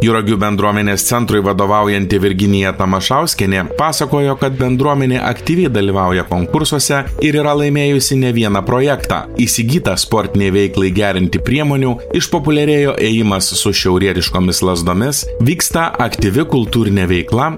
juragių bendruomenės centrui vadovaujanti virginija tamašauskienė pasakojo kad bendruomenė aktyviai dalyvauja konkursuose ir yra laimėjusi ne vieną projektą įsigytą sportinei veiklai gerinti priemonių išpopuliarėjo ėjimas su šiaurietiškomis lazdomis vyksta aktyvi kultūrinė veikla